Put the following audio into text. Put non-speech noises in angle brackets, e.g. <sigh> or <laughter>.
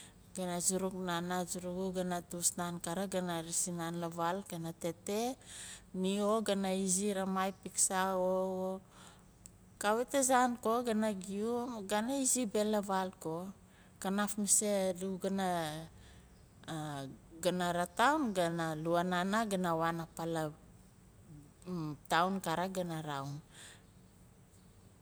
Gana suruk nana surugu gana tus nan karik gana raasin nan la vaal kana tete ni xo gana izi raamai pikso xo, kawit azan ko gana giu gana izi beh la vaal ko kanaf mase adu gana <hesitation> gana rataun gana luwa nana gana waan apa la town kawit kana raun